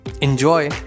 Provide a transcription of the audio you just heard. Enjoy